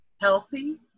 healthy